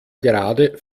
gerade